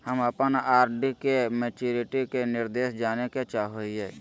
हम अप्पन आर.डी के मैचुरीटी के निर्देश जाने के चाहो हिअइ